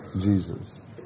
Jesus